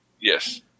Yes